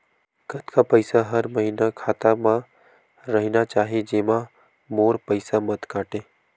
कतका पईसा हर महीना खाता मा रहिना चाही जेमा मोर पईसा मत काटे?